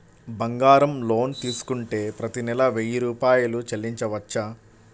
బంగారం లోన్ తీసుకుంటే ప్రతి నెల వెయ్యి రూపాయలు చెల్లించవచ్చా?